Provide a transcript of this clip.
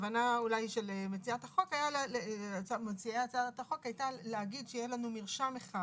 הכוונה אולי של הצעת החוק הייתה להגיד שיהיה לנו מרשם אחד